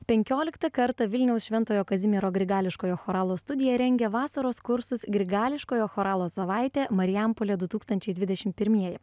penkioliktą kartą vilniaus šventojo kazimiero grigališkojo choralo studija rengia vasaros kursus grigališkojo choralo savaitė marijampolė du tūkstančiai dvidešim pirmieji